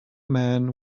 man